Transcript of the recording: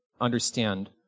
understand